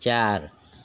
चार